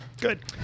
Good